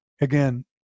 again